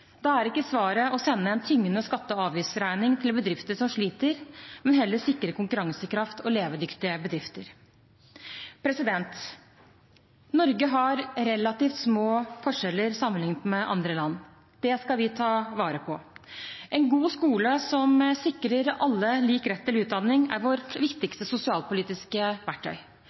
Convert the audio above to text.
Da er ikke svaret å sende en tyngende skatte- og avgiftsregning til bedrifter som sliter, men heller sikre konkurransekraft og levedyktige bedrifter. Norge har relativt små forskjeller sammenlignet med andre land. Det skal vi ta vare på. En god skole som sikrer alle lik rett til utdanning, er vårt viktigste sosialpolitiske verktøy.